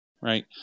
right